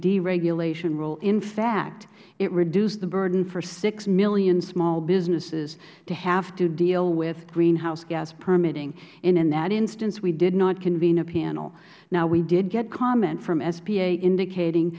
deregulation rule in fact it reduced the burden for six million small businesses to have to deal with greenhouse gas permitting and in that instance we did not convene a panel now we did get comment from sba indicating